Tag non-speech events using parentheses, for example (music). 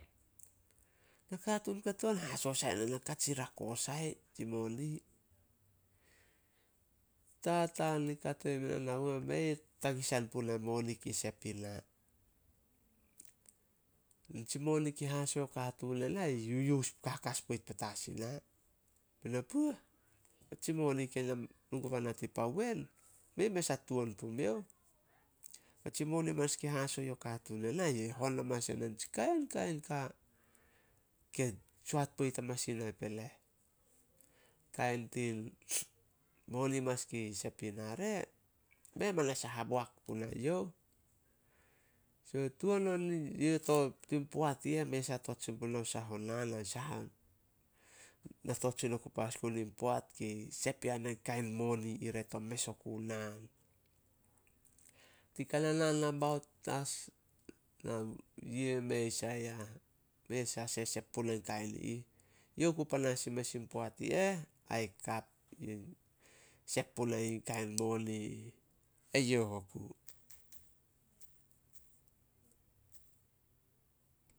Nakatuun kato on, haso sai ne na katsi rako sai, tsi moni. Tataan i kato ime na, mei tagisan puna in moni kei sep ina. Tsi moni haso yo katuun ena, i yuyus kakas petas i na. Bena, "Puoh!" Tsi moni ke (unintelligible) guba na tin pa wen, mei mes ah tuan pumiouh. Atsi moni amanas kei haso yo katuun ena, yi hon amanas yana nitsi kainkain ka, ke soat poit petas i na peles. Kain tin, moni hamanas kei sep i na re, mei manas a haboak punae youh. So tuan on (unintelligible) tin poat i eh, mei a tot sai puna sah o naan. (unintelligible) Na tot sin oku panas gun in poat kei sep yana kain moni ire to mes oku naan. (unintelligible) Kana naan nambaout as (hesitation) yei, mei sai ah. Mei sai sesep puna kain i ih. Youh ku panas in mes in poat i eh, ai kap. (hesitation) Sep puna kain moni ih. Eyou oku.